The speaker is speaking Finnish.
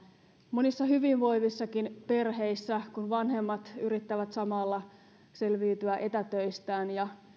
monissa hyvinvoivissakin perheissä se kun vanhemmat yrittävät samalla selviytyä etätöistään ja